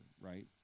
right